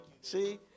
See